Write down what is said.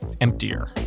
emptier